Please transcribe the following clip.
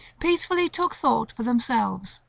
peacefully took thought for themselves.